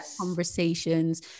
conversations